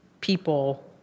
people